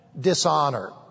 dishonor